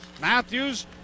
Matthews